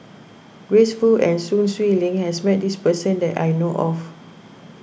Grace Fu and Sun Xueling has met this person that I know of